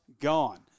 gone